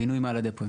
הבינוי מעל הדיפו.